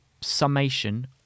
summation